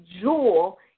jewel